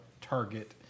target